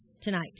tonight